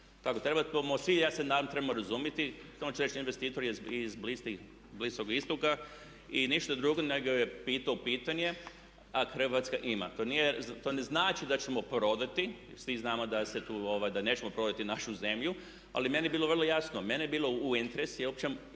svi ja se nadam razumjeti. Samo ću reći investitor je sa Bliskog istoka. I ništa drugo nego je pitao pitanje, a Hrvatska ima. To ne znači da ćemo prodati, svi znamo da nećemo prodavati našu zemlju. Ali meni je bilo vrlo jasno, meni je bilo u interesu